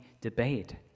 debate